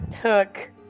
took